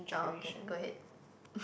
oh okay go ahead